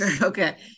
okay